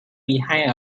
behind